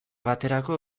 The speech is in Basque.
baterako